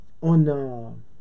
On